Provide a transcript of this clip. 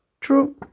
true